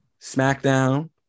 SmackDown